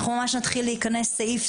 נתחיל להיכנס סעיף,